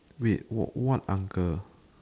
wait what what uncle